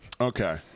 Okay